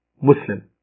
Muslim